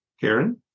Karen